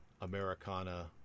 Americana